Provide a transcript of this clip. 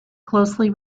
closely